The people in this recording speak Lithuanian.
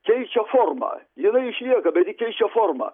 keičia formą jinai išlieka bet ji keičia formą